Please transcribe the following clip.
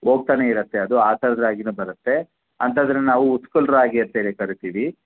ಹೋಗ್ತಾನೆ ಇರುತ್ತೆ ಅದು ಆ ಥರದ ರಾಗಿನು ಬರುತ್ತೆ ಅಂತದನ್ನು ನಾವು ಉಸ್ಕುಲ್ ರಾಗಿ ಅಂತೇಳಿ ಕರಿತೀವಿ